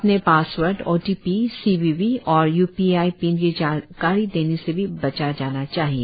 अपने password OTP CVV और UPI PIN की जानकारी देने से भी बचा जाना चाहिए